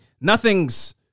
nothing's